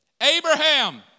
Abraham